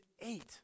eight